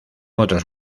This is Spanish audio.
otros